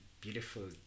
Beautiful